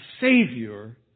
Savior